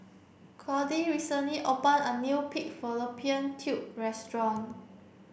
Clyde recently opened a new pig fallopian tubes restaurant